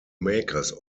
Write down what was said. makers